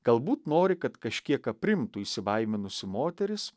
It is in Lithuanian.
galbūt nori kad kažkiek aprimtų įsibaiminusi moteris